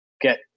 get